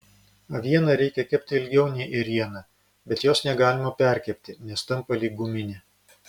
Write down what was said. avieną reikia kepti ilgiau nei ėrieną bet jos negalima perkepti nes tampa lyg guminė